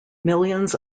millions